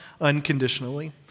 unconditionally